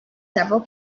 several